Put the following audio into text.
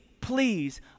please